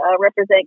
represent